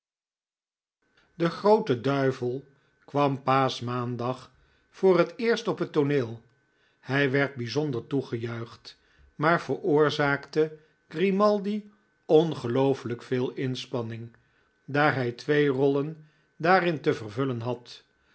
de groote duivel kwam paaschmaandag voor het eerst op het tooneel hij werd bijzonder toegejuicht maar veroorzaakte grimaldi ongelooflijk veel inspanning daar hij twee rollen daarin te vervullen had